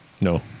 No